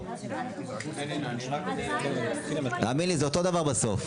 ליאור, תאמין לי זה אותו דבר בסוף,